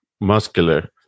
muscular